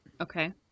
Okay